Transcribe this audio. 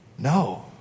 No